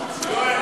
יואל,